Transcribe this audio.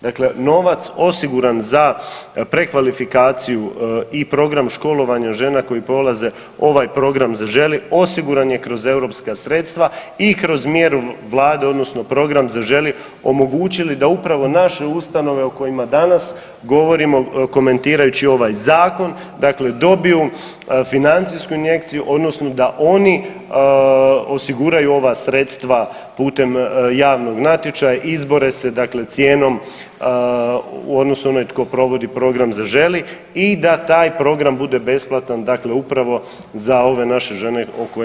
Dakle, novac osiguran za prekvalifikaciju i program školovanja žena koje polaze ovaj program „Zaželi“ osiguran je kroz europska sredstva i kroz mjeru Vlade odnosno program „Zaželi“ omogućili da upravo naše ustanove o kojima danas govorimo komentirajući ovaj Zakon dakle dobiju financijsku injekciju odnosno da oni osiguraju ova sredstva putem javnog natječaja, izbore se dakle cijenom u odnosno onaj tko provodi program „Zaželi“ i da taj program bude besplatan dakle upravo za ove naše žene o kojima smo malo čas govorili.